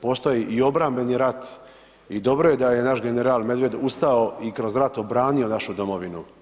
Postoji i obrambeni rat i dobro je da je naš general Medved ustao i kroz obranio našu domovinu.